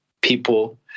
people